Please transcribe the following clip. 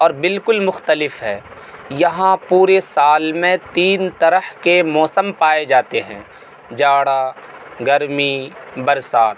اور بالکل مختلف ہے یہاں پورے سال میں تین طرح کے موسم پائے جاتے ہیں جاڑا گرمی برسات